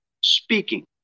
Speaking